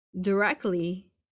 directly